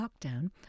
lockdown